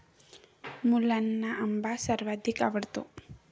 मुलांना आंबा सर्वाधिक आवडतो